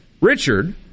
Richard